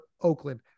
Oakland